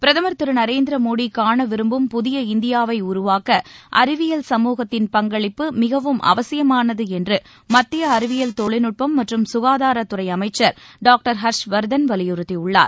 பிரதமர் நரேந்திர மோதி காண விரும்பும் புதிய இந்தியாவை உருவாக்க அறிவியல் சமூகத்தின் பங்களிப்பு மிகவும் அவசியமானது என்று மத்திய அறிவியல் தொழில்நுட்பம் மற்றும் ககாதாரத்துறை அமைச்சர் டாக்டர் ஹர்ஷ்வர்தன் வலியுறுத்தியுள்ளார்